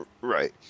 Right